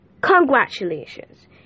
congratulations